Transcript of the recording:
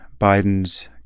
Biden's